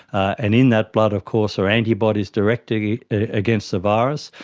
and in that blood of course are antibodies directly against the virus,